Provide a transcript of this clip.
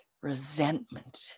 resentment